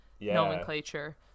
nomenclature